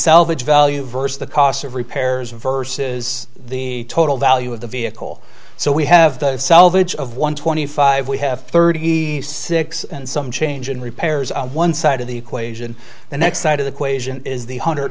salvage value versus the cost of repairs versus the total value of the vehicle so we have the salvage of one twenty five we have thirty six and some change in repairs on one side of the equation the next side of the quezon is the hundred